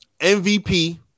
MVP